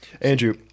Andrew